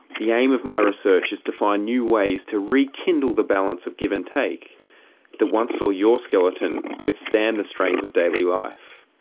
the aim of my research is to find new ways to rekindle the balance of give and take that once saw your skeleton withstand the strains of daily life.